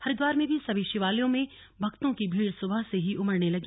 हरिद्वार में भी सभी शिवालयों में भक्तों की भीड़ सुबह से ही उमड़ने लगी